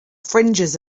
fringes